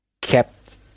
kept